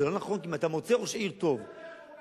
זה לא נכון, כי אם אתה מוצא ראש עיר טוב, ש"ס.